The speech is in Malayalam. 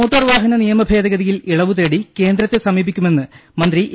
മോട്ടോർ വാഹന നിയമ ഭേദഗതിയിൽ ഇളവുതേടി കേന്ദ്രത്തെ സമീപിക്കുമെന്ന് മന്ത്രി എ